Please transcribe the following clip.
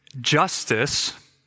justice